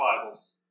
Bibles